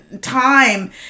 time